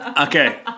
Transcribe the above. Okay